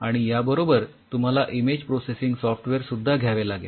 आणि याबरोबर तुम्हाला इमेज प्रोसेसिंग सॉफ्टवेअर सुद्धा घ्यावे लागेल